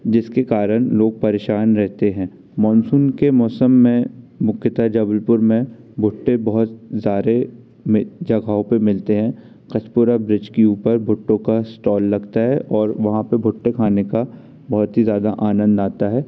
जिसके करण लोग परेशान रहते हैं मानसून के मौसम में मुख्यतः जबलपुर में भुट्टे बहुत सारे में जगहों पे मिलते हैं कछपुरा ब्रिज की ऊपर भुट्टो का स्टॉल लगता है और वहाँ पे भुट्टे खाने का बहुत ही ज़्यादा आनंद आता है